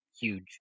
huge